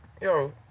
yo